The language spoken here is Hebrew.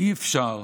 אי-אפשר,